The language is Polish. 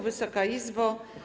Wysoka Izbo!